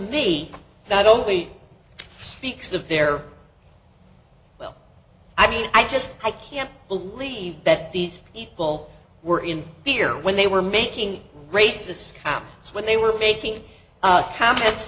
me that only speaks of their well i mean i just i can't believe that these people were in fear when they were making racist comments when they were making comments